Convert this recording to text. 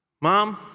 Mom